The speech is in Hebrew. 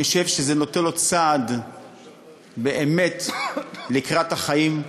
אני חושב שזה נותן לו צעד לקראת החיים.